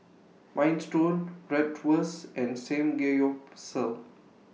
Minestrone Bratwurst and Samgeyopsal